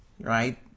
right